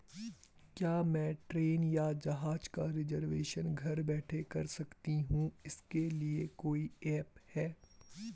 क्या मैं ट्रेन या जहाज़ का रिजर्वेशन घर बैठे कर सकती हूँ इसके लिए कोई ऐप है?